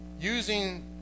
using